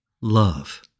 love